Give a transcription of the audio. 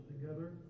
together